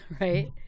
right